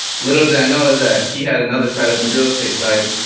little did i know is that he had another side of the real estate side.